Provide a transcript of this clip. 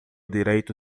direito